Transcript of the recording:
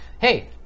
Hey